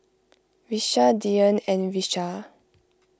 Vishal Dhyan and Vishal